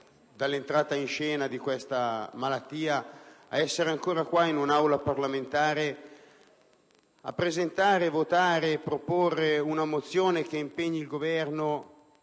della entrata in scena di questa malattia, ad essere ancora qui, in un'Aula parlamentare, a presentare e votare una mozione che impegni il Governo